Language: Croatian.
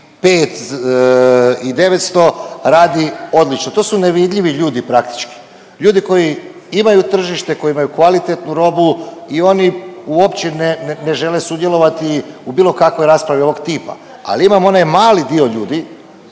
i 900 radi odlično. To su nevidljivi ljudi praktički. Ljudi koji imaju tržište, koji imaju kvalitetnu robu i oni uopće ne žele sudjelovati u bilo kakvoj raspravi ovog tipa, ali imamo onaj mali dio ljudi